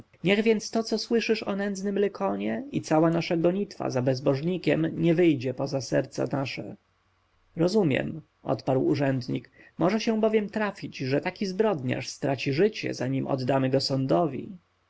niech więc to co słyszysz o nędznym lykonie i cała nasza gonitwa za bezbożnikiem nie wyjdzie poza serca nasze rozumiem odparł urzędnik może się bowiem trafić że taki zbrodniarz straci życie zanim oddamy go sądowi